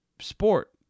sport